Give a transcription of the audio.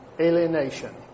alienation